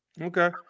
Okay